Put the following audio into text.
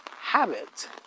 habit